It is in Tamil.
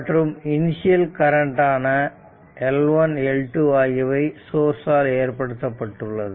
மற்றும் இனிஷியல் கரண்ட் ஆன L1 L2 ஆகியவை சோர்ஸ் ஆல் ஏற்படுத்தப்பட்டுள்ளது